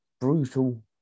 brutal